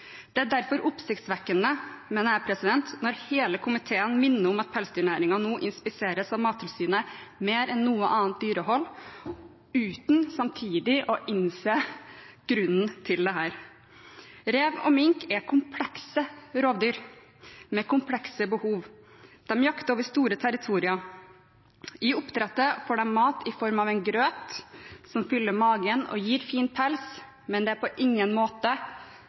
Det er derfor oppsiktsvekkende, mener jeg, når hele komiteen minner om at pelsdyrnæringen nå inspiseres av Mattilsynet mer enn noe annet dyrehold, uten samtidig å innse grunnen til det. Rev og mink er komplekse rovdyr med komplekse behov. De jakter over store territorier. I oppdrett får de mat i form av grøt, som fyller magen og gir fin pels, men det kan på ingen måte